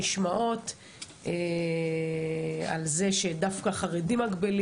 על זה שמגבילים דווקא חרדים.